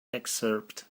excerpt